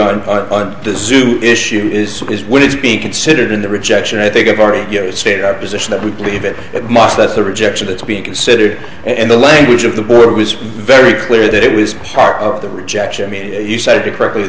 shortly on the zoom issue is is what is being considered in the rejection i think i've already stated our position that we believe it it must that's the rejection that's being considered and the language of the board was very clear that it was part of the rejection made you say to correctly